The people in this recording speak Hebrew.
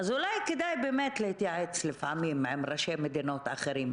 אולי כדאי באמת להתייעץ לפעמים עם ראשי מדינות אחרים.